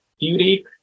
beauty